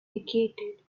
vacated